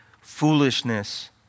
foolishness